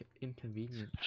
inconvenient